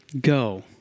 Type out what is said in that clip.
Go